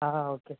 ఆ ఆ okay sir